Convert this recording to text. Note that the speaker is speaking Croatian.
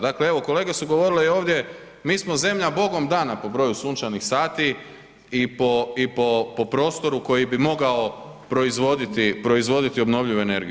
Dakle, evo kolege su govorile i ovdje mi smo zemlja Bogom dana po broju sunčanih sati i po prostoru koji bi mogao proizvoditi obnovljivu energiju.